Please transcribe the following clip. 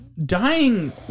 Dying